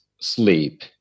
sleep